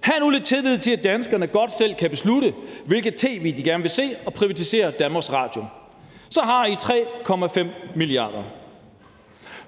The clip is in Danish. Hav nu lidt tillid til, at danskerne godt selv kan beslutte, hvilket tv de gerne vil se, og privatiser Danmarks Radio. Så har I 3,5, mia. kr.